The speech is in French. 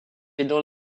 aidant